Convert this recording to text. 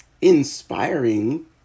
inspiring